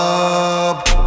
up